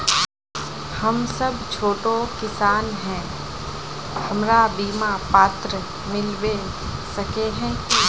हम सब छोटो किसान है हमरा बिमा पात्र मिलबे सके है की?